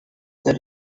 that